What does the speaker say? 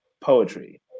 poetry